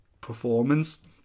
performance